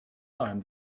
time